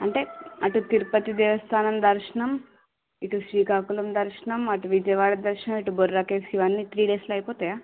అంటే అటు తిరుపతి దేవస్థానం దర్శనం ఇటు శ్రీకాకుళం దర్శనం అటు విజయవాడ దర్శనం ఇటు బొర్రా కేవ్స్ ఇవన్నీ త్రీ డేస్లో అయిపోతాయా